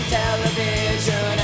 television